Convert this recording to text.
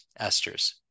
esters